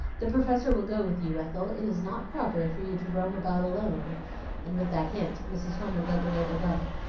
the professor will go with you, ethel it is not proper for you to roam about alone and with that hint mrs. homer led the way below,